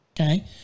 Okay